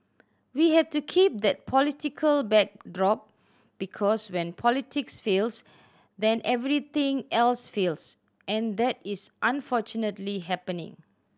we have to keep that political backdrop because when politics fails then everything else fails and that is unfortunately happening